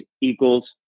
equals